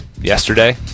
yesterday